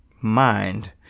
mind